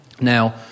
now